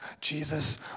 Jesus